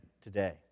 today